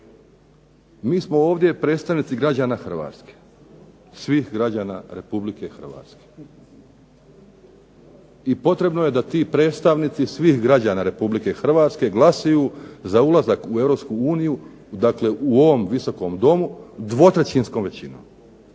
Mi smo ovdje predstavnici građana Hrvatske, svih građana Republike Hrvatske i potrebno je da ti predstavnici svih građana Republike Hrvatske glasuju za ulazak u Europsku uniju, dakle u ovom Visokom domu 2/3 većinom.